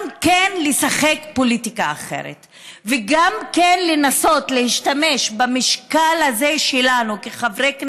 גם לשחק פוליטיקה אחרת וגם לנסות להשתמש במשקל הזה שלנו כחברי כנסת,